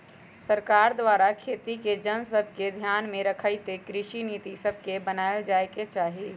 सरकार द्वारा खेती के जन सभके ध्यान में रखइते कृषि नीति सभके बनाएल जाय के चाही